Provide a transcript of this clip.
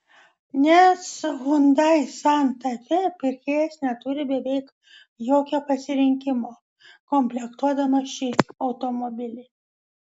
nes hyundai santa fe pirkėjas neturi beveik jokio pasirinkimo komplektuodamas šį automobilį